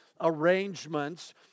arrangements